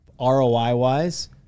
ROI-wise